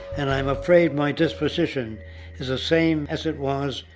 and i'm afraid my disposition is the same as it was.